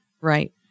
Right